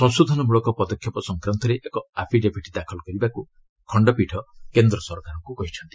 ସଂଶୋଧନମୂଳକ ପଦକ୍ଷେପ ସଂକ୍ରାନ୍ତରେ ଏକ ଆଫିଡେଭିଟ ଦାଖଲ କରିବାକୁ ଖଣ୍ଡପୀଠ କେନ୍ଦ୍ର ସରକାରଙ୍କୁ କହିଛନ୍ତି